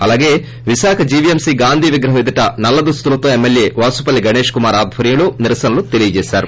అలాగే విశాఖ జీవీఎంసీ గాంధీ విగ్రహం ఎదుట నల్లదుస్తులతో ఎమ్మెల్యే వాసుపల్లి గణేష్కుమార్ ఆర్ధర్యంలో నిరసనలు తెలిపారు